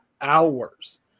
hours